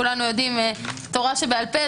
כולנו יודעים תורה שבעל פה,